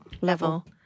level